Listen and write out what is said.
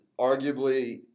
arguably